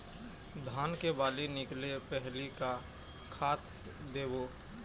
धान के बाली निकले पहली का खाद देबो?